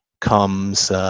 comes –